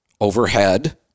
overhead